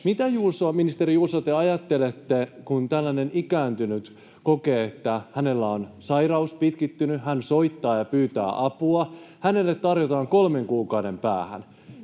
Mitä, ministeri Juuso, te ajattelette, kun tällainen ikääntynyt kokee, että hänellä on pitkittynyt sairaus, hän soittaa ja pyytää apua, hänelle tarjotaan aika kolmen kuukauden päähän